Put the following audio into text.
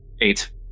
Eight